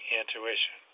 intuition